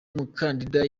mukandida